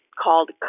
called